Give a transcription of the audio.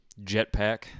jetpack